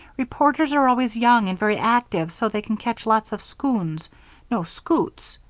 reporters are always young and very active so they can catch lots of scoons no, scoots.